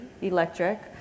electric